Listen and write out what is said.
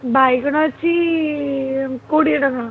ବାଇଗଣ ଅଛି କୋଡ଼ିଏ ଟଙ୍କା